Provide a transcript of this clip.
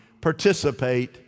participate